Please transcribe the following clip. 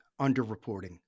underreporting